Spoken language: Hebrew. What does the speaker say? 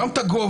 גם את הגובה,